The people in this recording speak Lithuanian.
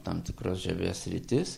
tam tikras žievės sritis